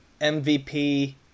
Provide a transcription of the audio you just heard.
MVP